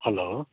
hello